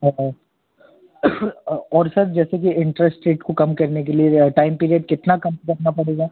हाँ और सर जैसे कि इंटरेस्ट रेट को कम करने के लिए या टाइम पीरियड कितना कम करना पड़ेगा